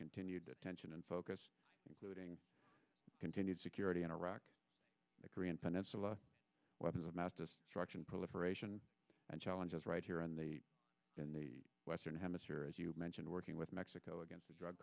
continued detention and focus looting continued security in iraq the korean peninsula weapons of mass destruction proliferation and challenges right here in the in the western hemisphere as you mentioned working with mexico against the drug